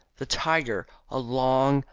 the tiger, a long,